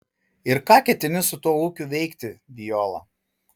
ir ką ketini su tuo ūkiu veikti viola